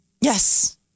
Yes